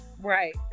right